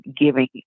giving